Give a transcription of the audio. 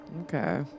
Okay